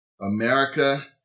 America